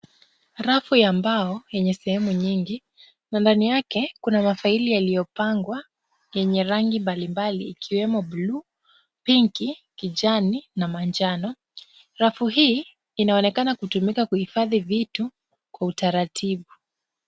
Rafu ya mbao yenye sehemu nyingi na ndani yake kuna mafaili yaliyopangwa yenye rangi mbalimbali ikiwemo blue , pink , kijani na manjano. Rafu hii inaonekana kutumika kuhifadhi vitu kwa utaratibu.